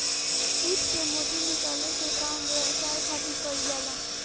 सीप से मोती निकाले के काम व्यवसाय खातिर कईल जाला